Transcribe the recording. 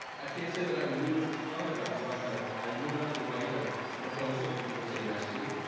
i can't say that i knew a ton about rush when i i knew enough to write ah a proposal the people would say yes to.